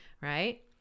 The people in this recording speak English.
right